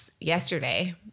yesterday